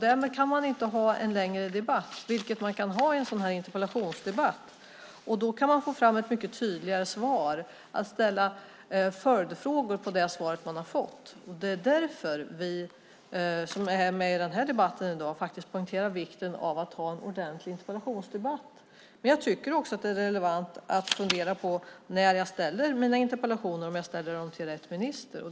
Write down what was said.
Därmed kan man inte ha en längre debatt, vilket man kan ha i en sådan här interpellationsdebatt. Då kan man få fram ett mycket tydligare svar. Det handlar om att man kan ställa följdfrågor. Det är därför som vi som är med i den här debatten i dag faktiskt poängterar vikten av att ha en ordentlig interpellationsdebatt. Men jag tycker också att det är relevant att jag, när jag ställer mina interpellationer, funderar på om jag ställer dem till rätt minister.